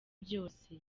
byose